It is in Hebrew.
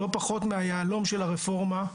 לא פחות מהיהלום של הרפורמה,